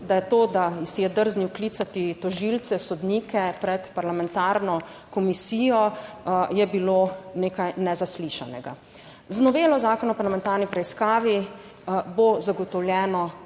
In to, da si je drznil klicati tožilce, sodnike pred parlamentarno komisijo, je bilo nekaj nezaslišanega. Z Novelo Zakona o parlamentarni preiskavi bo zagotovljeno,